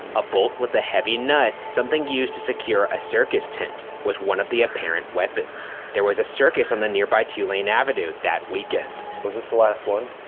a bolt with a heavy nut, something used to secure a circus tent, was one of the apparent weapons. there was a circus on the nearby two-lane avenue that weekend. was this the last one?